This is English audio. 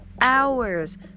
hours